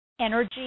energy